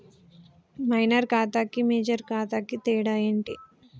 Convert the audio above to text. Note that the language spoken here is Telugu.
మైనర్ ఖాతా కి మేజర్ ఖాతా కి తేడా ఏంటి?